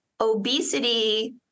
obesity